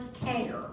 care